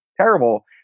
terrible